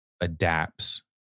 adapts